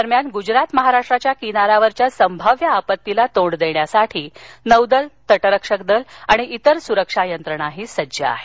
दरम्यान गुजरात महाराष्ट्राच्या किनाऱ्यावरील संभाव्य आपत्तीला तोंड देण्यसाठी नौदल तट रक्षक दल आणि इतर सुरक्षा यंत्रणा सज्ज आहेत